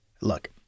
Look